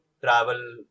travel